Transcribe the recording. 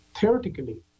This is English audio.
theoretically